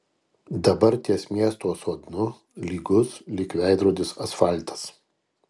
dabar ties miesto sodnu lygus lyg veidrodis asfaltas